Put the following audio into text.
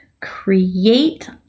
create